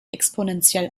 exponentiell